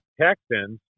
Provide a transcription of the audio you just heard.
Texans